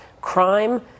crime